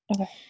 Okay